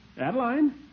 Adeline